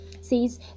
says